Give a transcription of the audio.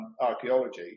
archaeology